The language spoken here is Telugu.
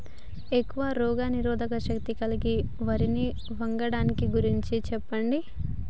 ఎక్కువ రోగనిరోధక శక్తి కలిగిన వరి వంగడాల గురించి చెప్పండి?